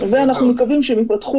אנחנו מקווים שהם יפתחו